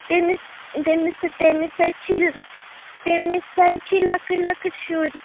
تٔمِس تٔمِس تٔمِس حظ چھِ تٔمِس حظ چھِ لۅکٕٹۍ لۅکٕٹۍ شُرۍ